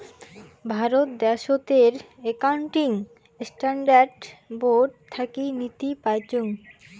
ভারত দ্যাশোতের accounting standard board থাকি নীতি পাইচুঙ